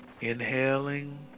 Inhaling